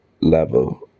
level